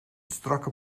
strakke